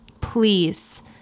please